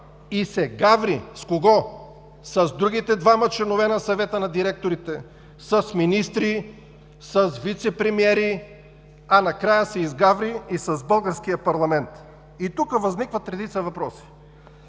и се гаври с другите двама членове на Съвета на директорите, с министри, с вицепремиери, а накрая се изгаври и с българския парламент. И тук възникват редица въпроси: